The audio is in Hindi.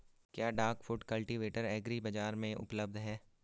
क्या डाक फुट कल्टीवेटर एग्री बाज़ार में उपलब्ध है?